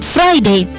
Friday